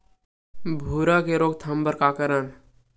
भूरा के रोकथाम बर का करन?